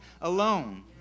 alone